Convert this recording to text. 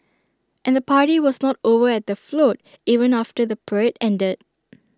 and the party was not over at the float even after the parade ended